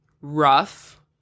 rough